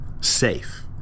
safe